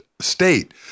State